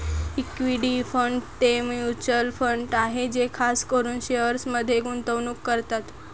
equity fund ते mutual fund आहे जे खास करून शेअर्समध्ये गुंतवणूक करतात